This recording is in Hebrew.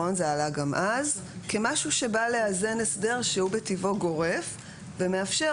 זה עלה גם אז כמשהו שבא לאזן הסדר שהוא בטבעו גורף ומאפשר